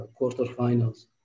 quarterfinals